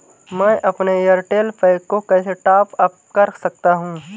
मैं अपने एयरटेल पैक को कैसे टॉप अप कर सकता हूँ?